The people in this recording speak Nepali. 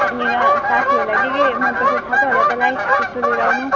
त्यहाँनिर साथीहरूलाई के के मनपर्छ थाहा छ होला तँलाई त्यस्तो लिएर आउनु